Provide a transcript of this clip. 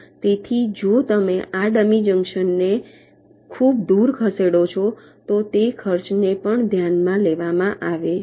તેથી જો તમે આ ડમી જંકશનને ખૂબ દૂર ખસેડો છો તો તે ખર્ચ ને પણ ધ્યાનમાં લેવામાં આવે છે